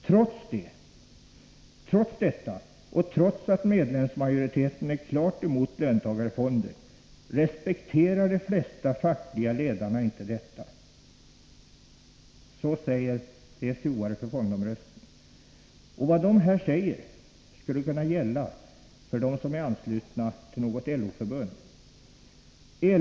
—--- Trots detta och trots att medlemsmajoriteten är klart emot löntagarfonder, respekterar de flesta fackliga ledarna inte detta.” Så säger ”TCO:are för fondomröstning”. Vad de här säger skulle också kunna gälla för dem som är anslutna till något LO-förbund.